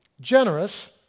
generous